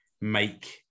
make